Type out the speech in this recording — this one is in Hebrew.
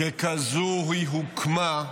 כדאי שהם יזכו לראות את האור.